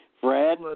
Fred